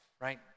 right